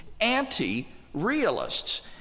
anti-realists